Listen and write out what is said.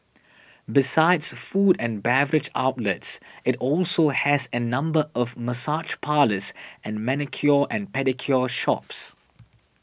besides food and beverage outlets it also has a number of massage parlours and manicure and pedicure shops